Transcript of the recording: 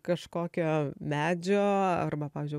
kažkokio medžio arba pavyzdžiui